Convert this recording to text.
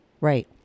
Right